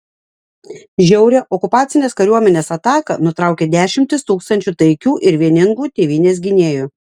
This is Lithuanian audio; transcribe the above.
žiaurią okupacinės kariuomenės ataką nutraukė dešimtys tūkstančių taikių ir vieningų tėvynės gynėjų